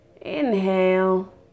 inhale